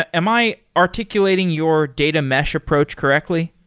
ah am i articulating your data mesh approach correctly?